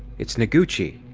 it's noguchi!